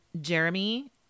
jeremy